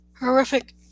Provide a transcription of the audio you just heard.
Horrific